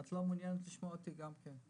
את לא מעוניינת לשמוע אותי גם כן.